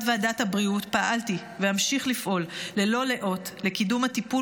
ועדת הבריאות פעלתי ואמשיך לפעול ללא לאות לקידום הטיפול